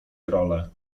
role